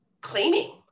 claiming